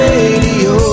Radio